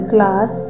Class